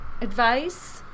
advice